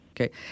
Okay